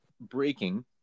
breaking